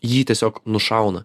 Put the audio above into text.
jį tiesiog nušauna